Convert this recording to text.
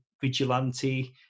vigilante